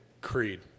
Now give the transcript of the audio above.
Creed